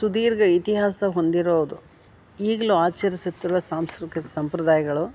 ಸುದೀರ್ಘ ಇತಿಹಾಸ ಹೊಂದಿರೋದು ಈಗಲು ಆಚರಿಸುತ್ತಿರುವ ಸಾಂಸ್ಕೃತಿಕ ಸಂಪ್ರದಾಯಗಳು